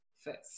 first